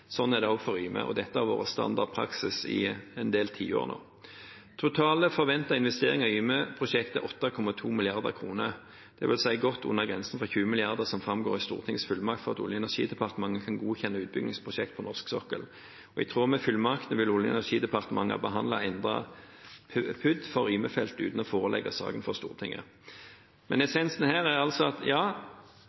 er det også for Yme, og dette har vært standard praksis i en del tiår nå. Totale forventede investeringer i Yme-prosjektet er 8,2 mrd. kr, dvs. godt under grensen på 20 mrd. kr, som framgår i Stortingets fullmakt for at Olje- og energidepartementet kan godkjenne utbyggingsprosjekt på norsk sokkel. I tråd med fullmaktene vil Olje- og energidepartementet behandle en endret PUD for Yme-feltet uten å forelegge saken for Stortinget . Essensen her er altså at ja,